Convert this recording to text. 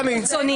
טלי.